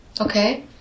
Okay